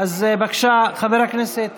בבקשה, חבר הכנסת